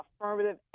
affirmative